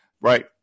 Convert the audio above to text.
Right